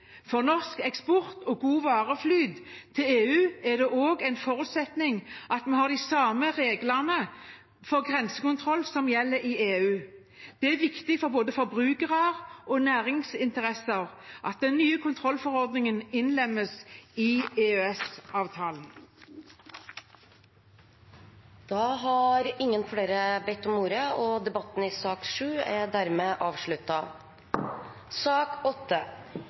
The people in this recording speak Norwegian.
For norsk eksport og gode vareflyt til EU er det også en forutsetning at vi har de samme reglene for grensekontroll som gjelder i EU. Det er viktig for både forbrukere og næringsinteresser at den nye kontrollforordningen innlemmes i EØS-avtalen. Flere har ikke bedt om ordet